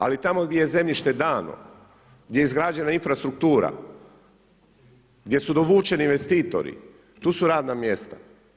Ali tamo gdje je zemljište dano, gdje je izgrađena infrastruktura, gdje su dovučeni investitori, tu su radna mjesta.